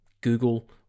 Google